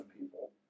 people